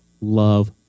love